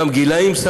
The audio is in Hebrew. וגם בגילאים,